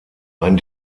ein